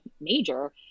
major